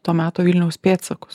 to meto vilniaus pėdsakus